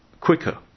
quicker